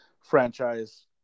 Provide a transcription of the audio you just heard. franchise